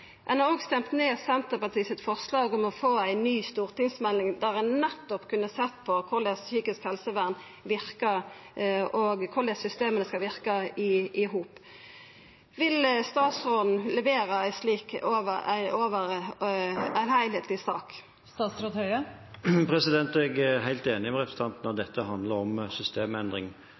Ein har òg stemt ned forslaget frå Senterpartiet om å få ei ny stortingsmelding, der ein kunne sett på nettopp korleis det psykiske helsevernet verkar, og korleis systema skal verka i hop. Vil statsråden levera ei slik heilskapleg sak? Jeg er helt enig med representanten Toppe i at dette handler om systemendring.